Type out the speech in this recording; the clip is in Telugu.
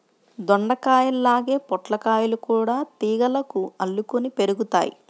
దొండకాయల్లాగే పొట్లకాయలు గూడా తీగలకు అల్లుకొని పెరుగుతయ్